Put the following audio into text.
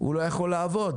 הוא לא יכול לעבוד.